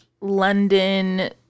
London